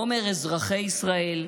לא אומר "אזרחי ישראל",